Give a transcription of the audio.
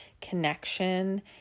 connection